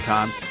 Time